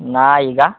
नाही का